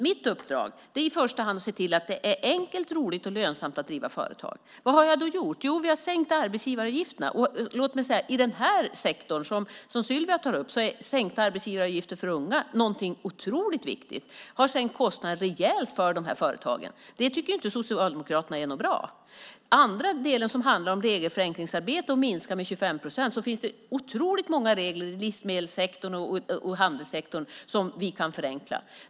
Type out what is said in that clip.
Mitt uppdrag är i första hand att se till att det är enkelt, roligt och lönsamt att driva företag. Vad har jag då gjort? Jo, vi har sänkt arbetsgivaravgifterna. Och låt mig säga att i den här sektorn, som Sylvia tar upp, är sänkta arbetsgivaravgifter för unga någonting otroligt viktigt. Vi har sänkt kostnaderna rejält för de här företagen. Det tycker Socialdemokraterna inte är bra. Den andra delen handlar om regelförenklingsarbete och att minska med 25 procent. Det finns otroligt många regler i livsmedelssektorn och handelssektorn som vi kan förenkla.